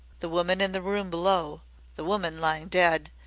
the woman in the room below the woman lying dead!